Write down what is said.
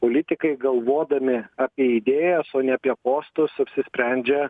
politikai galvodami apie idėjas o ne apie postus apsisprendžia